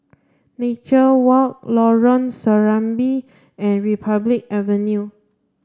Nature Walk Lorong Serambi and Republic Avenue